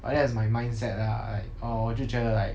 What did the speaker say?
but that's my mindset lah like oh 我就觉得 like